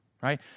right